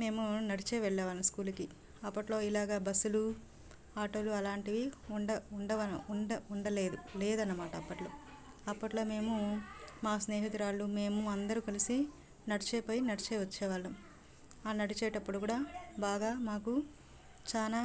మేము నడిచి వెళ్ళే వాళ్ళము స్కూల్కి అప్పట్లో ఇలాగ బస్సులు ఆటోలు అలాంటివి ఉండ ఉండవ్ ఉండ ఉండలేదు లేదు అన్నమాట అప్పట్లో అప్పట్లో మేము మా స్నేహితురాలు మేము అందరూ కలిసి నడిచిపోయి నడిచి వచ్చేవాళ్ళం ఆ నడిచేటప్పుడు కూడా బాగా మాకు చాలా